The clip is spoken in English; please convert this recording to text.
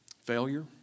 Failure